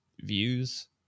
views